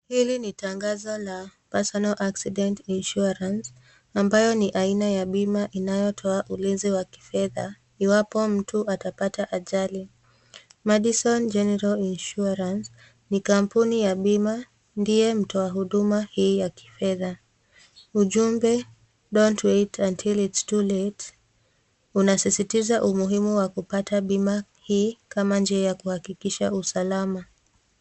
Hili ni tangazo la Personal Accident Insurance ambayo ni aina ya bima inayotoa ulinzi wa kifedha iwapo mtu atapata ajali. Madison General Insurance ni kampuni ya bima ndio hutoa huduma ya kifedha, ujumbe(cs) don't wait until it's too late(cs) ,unasisitiza umuhimu wa kupata bima hii kama njia ya kuhakikisha usalama.